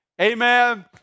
Amen